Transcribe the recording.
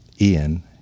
Ian